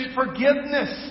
forgiveness